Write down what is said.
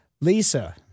Lisa